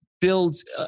builds